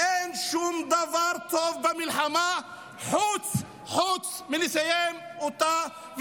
אין שום דבר טוב במלחמה חוץ מלסיים אותה.